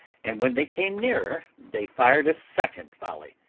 and when they came nearer, they fired a second volley,